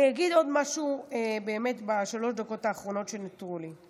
אני אגיד עוד משהו באמת בשלוש הדקות האחרונות שנותרו לי: